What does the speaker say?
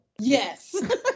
Yes